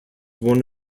one